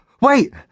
wait